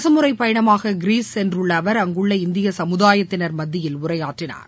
அரசமுறைப் பயணமாக கிரீஸ் சென்றுள்ள அவர் அங்குள்ள இந்திய சமுதாயத்தின் மத்தியில் உரையாற்றினார்